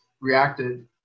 reacted